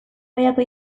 mailako